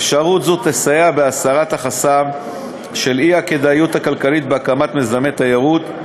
אפשרות זו תסייע בהסרת החסם של האי-כדאיות הכלכלית בהקמת מיזמי תיירות.